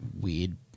weird –